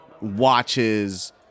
watches